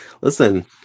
Listen